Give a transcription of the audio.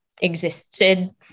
existed